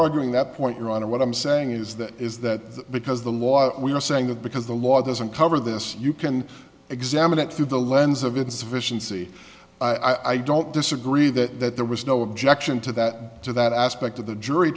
arguing that point your honor what i'm saying is that is that because the law we are saying that because the law doesn't cover this you can examine it through the lens of insufficiency i don't disagree that that there was no objection to that to that aspect of the jury